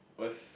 was